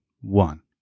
one